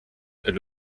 est